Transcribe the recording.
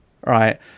right